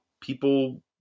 people